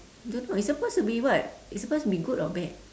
don't know it's supposed to be what it's supposed to be good or bad